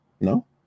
No